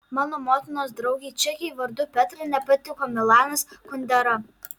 mano motinos draugei čekei vardu petra nepatiko milanas kundera